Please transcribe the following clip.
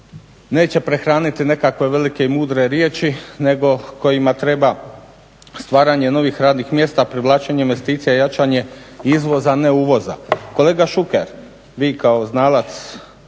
neće prehraniti nekakve velike i mudre riječi nego kojima treba stvaranje novih radnih mjesta, privlačenje investicija i jačanje izvoza, a ne uvoza. Kolega Šuker, vi kao znalac